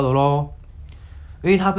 then 那是那个